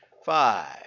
Five